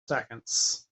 seconds